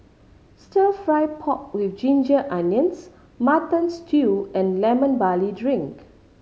Stir Fry pork with ginger onions Mutton Stew and Lemon Barley Drink